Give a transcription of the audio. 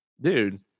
dude